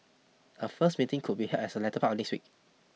a first meeting could be held as the latter part of next week